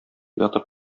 ятып